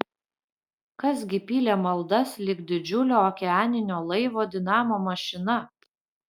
kas gi pylė maldas lyg didžiulio okeaninio laivo dinamo mašina